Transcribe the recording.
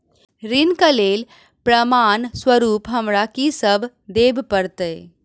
ऋण केँ लेल प्रमाण स्वरूप हमरा की सब देब पड़तय?